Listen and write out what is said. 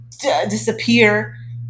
disappear